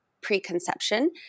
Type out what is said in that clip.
preconception